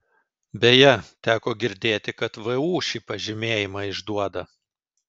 beje teko girdėti kad vu šį pažymėjimą išduoda